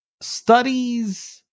studies